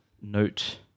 note